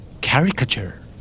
Caricature